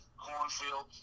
cornfield